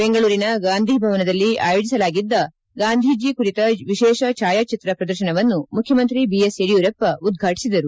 ಬೆಂಗಳೂರಿನ ಗಾಂಧಿ ಭವನದಲ್ಲಿ ಆಯೋಜಿಸಲಾಗಿದ್ದ ಗಾಂಧೀಜಿ ಕುರಿತ ವಿಶೇಷ ಛಾಯಾಚಿತ್ರ ಪ್ರದರ್ಶನವನ್ನು ಮುಖ್ಯಮಂತ್ರಿ ಬಿಎಸ್ ಯಡಿಯೂರಪ್ಪ ಉದ್ಘಾಟಿಸಿದರು